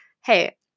hey